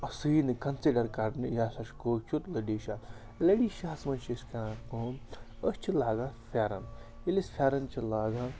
سُی نہٕ کَنسِڈَر کَرنہٕ یہِ ہَسا چھُ کٲشُر لٔڈِشاہ لٔڈِشاہَس منٛز چھِ أسۍ کَران کٲم أسۍ چھِ لاگان فٮ۪رَن ییٚلہِ أسۍ فٮ۪رَن چھِ لاگان